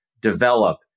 develop